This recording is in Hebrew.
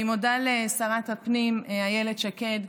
אני מודה לשרת הפנים אילת שקד,